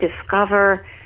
discover